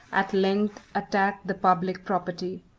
at length attacked the public property.